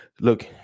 look